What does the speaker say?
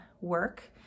work